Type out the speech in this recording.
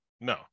no